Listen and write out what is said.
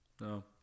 No